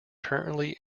currently